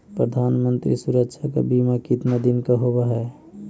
प्रधानमंत्री मंत्री सुरक्षा बिमा कितना दिन का होबय है?